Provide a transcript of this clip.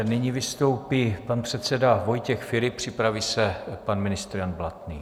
Nyní vystoupí pan předseda Vojtěch Filip, připraví se pan ministr Jan Blatný.